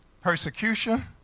Persecution